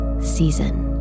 season